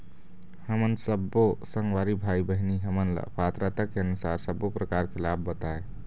हमन सब्बो संगवारी भाई बहिनी हमन ला पात्रता के अनुसार सब्बो प्रकार के लाभ बताए?